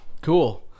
Cool